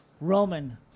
Roman